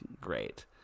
great